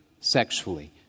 sexually